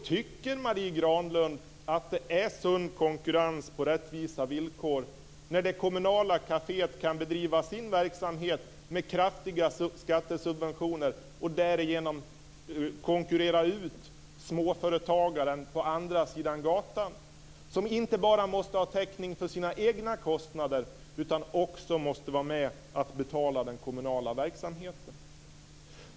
Tycker Marie Granlund att det är sund konkurrens på rättvisa villkor när det kommunala kaféet kan bedriva sin verksamhet med kraftiga skattesubventioner och därigenom konkurrera ut småföretagaren på andra sidan gatan, som inte bara måste ha täckning för sina egna kostnader utan som också måste vara med och betala den kommunala verksamheten?